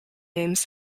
names